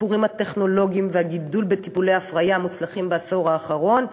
השיפורים הטכנולוגיים והגידול בטיפולי ההפריה המוצלחים בעשור האחרון,